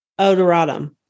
odoratum